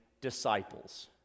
disciples